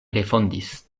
refondis